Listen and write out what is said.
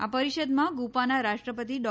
આ પરીષદમાં ગુપાના રાષ્ટ્રપતિ ડો